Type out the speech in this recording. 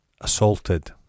Assaulted